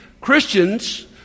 Christians